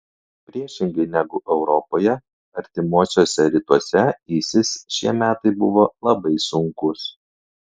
priešingai negu europoje artimuosiuose rytuose isis šie metai buvo labai sunkūs